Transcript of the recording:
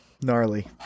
Gnarly